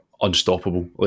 unstoppable